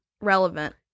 relevant